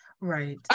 Right